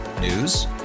News